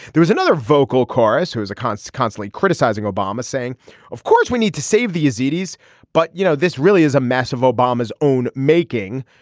there was another vocal chorus who is a constant consulate criticizing obama saying of course we need to save the yazidis but you know this really is a mass of obama's own making.